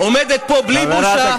עומדת פה בלי בושה,